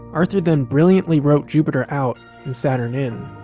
arthur then brilliantly wrote jupiter out and saturn in.